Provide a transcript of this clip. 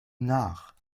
nach